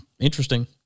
Interesting